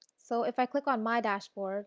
so, if i click on my dash board